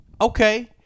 Okay